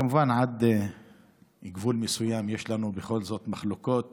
כמובן עד גבול מסוים, יש לנו בכל זאת מחלוקות